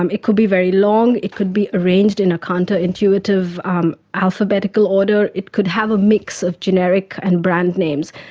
um it could be very long, it could be arranged in a counterintuitive um alphabetical order, it could have a mix of generic and brand names.